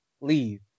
leave